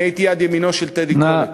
אני הייתי יד ימינו של טדי קולק,